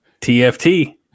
TFT